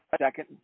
second